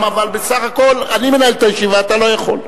אחד יחיה בזכות השליחות שהוא נשלח אליה.